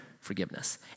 forgiveness